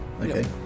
Okay